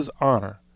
honor